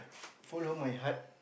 follow my heart